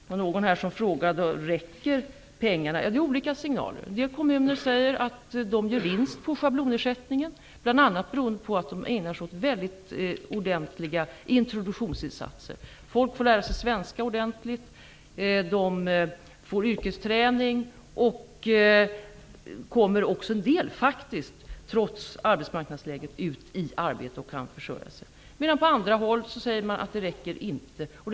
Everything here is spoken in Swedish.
Det var någon här som ställde frågan: Räcker pengarna? Det har kommit olika signaler. En del kommuner säger att de gör vinst på schablonersättningen, bl.a. beroende på att de ägnar sig åt mycket ordentliga introduktionsinsatser. Människor får lära sig svenska ordentligt. De får yrkesträning, och en del kommer faktiskt trots arbetsmarknadsläget ut i arbete och kan försörja sig. På andra håll säger man att ersättningen inte räcker.